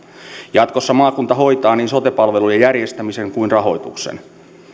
jatkossa maakunta hoitaa niin sote palvelujen järjestämisen kuin rahoituksen